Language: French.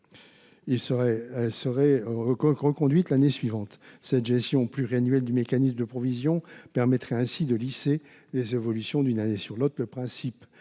elle serait reconduite l’année suivante. Cette gestion pluriannuelle du mécanisme de provision permettrait ainsi de lisser les évolutions d’une année sur l’autre. Le principe